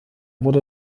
wurde